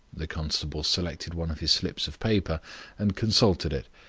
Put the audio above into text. the constable selected one of his slips of paper and consulted it,